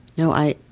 no, i,